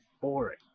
boring